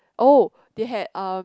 oh they had uh